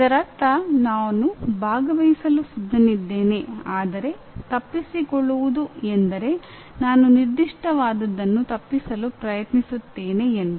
ಇದರರ್ಥ ನಾನು ಭಾಗವಹಿಸಲು ಸಿದ್ಧನಿದ್ದೇನೆ ಆದರೆ ತಪ್ಪಿಸಿಕೊಳ್ಳುವುದು ಎಂದರೆ ನಾನು ನಿರ್ದಿಷ್ಟವಾದದನ್ನು ತಪ್ಪಿಸಲು ಪ್ರಯತ್ನಿಸುತ್ತೇನೆ ಎಂದು